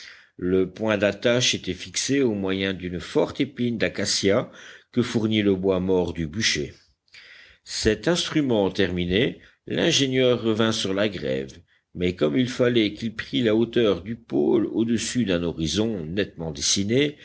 le point d'attache était fixé au moyen d'une forte épine d'acacia que fournit le bois mort du bûcher cet instrument terminé l'ingénieur revint sur la grève mais comme il fallait qu'il prît la hauteur du pôle au-dessus d'un horizon nettement dessiné